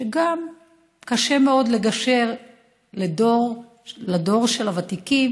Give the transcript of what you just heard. וגם קשה מאוד לדור של הוותיקים